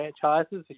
franchises